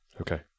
Okay